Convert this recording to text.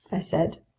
i said.